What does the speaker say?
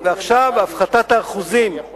ועכשיו, הפחתת האחוזים ומתן